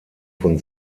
von